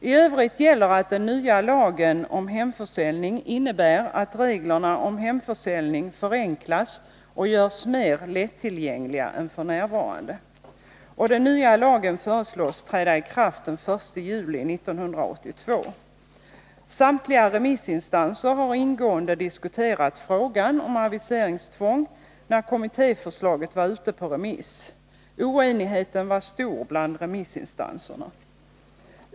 I övrigt gäller att den nya lagen om hemförsäljning innebär att reglerna om hemförsäljning förenklas och görs mer lättillgängliga än f. n. Samtliga remissinstanser har ingående diskuterat frågan om aviseringstvång när kommittéförslaget var ute på remiss. Oenigheten var stor bland remissinstanserna.